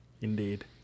Indeed